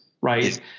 right